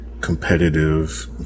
competitive